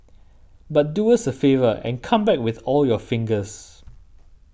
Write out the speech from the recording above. but do us a favour and come back with all your fingers